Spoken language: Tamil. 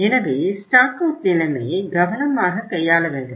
எனவே ஸ்டாக் அவுட் நிலைமையை கவனமாக கையாள வேண்டும்